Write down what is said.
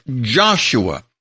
Joshua